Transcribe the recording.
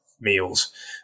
meals